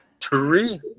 Three